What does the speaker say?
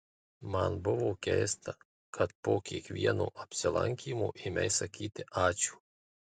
man buvo keista kad po kiekvieno apsilankymo ėmei sakyti ačiū